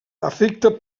afecta